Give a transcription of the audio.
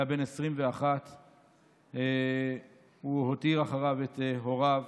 היה בן 21. הוא הותיר אחריו את הוריו